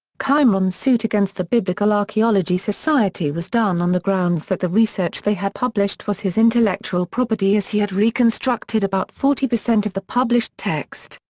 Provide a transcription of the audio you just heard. qimron's suit against the biblical archaeology society was done on the grounds that the research they had published was his intellectual property as he had reconstructed about forty percent of the published text.